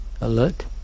alert